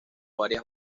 varias